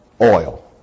oil